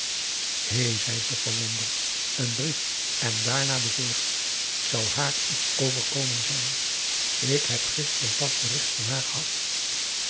hé zei ze verwonderd n brief en daarna bezorgd zou haar iets overkomen zijn ik heb gister pas bericht van haar gehad